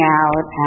out